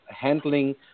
handling